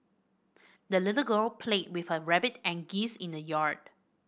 the little girl played with her rabbit and geese in the yard